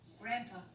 Grandpa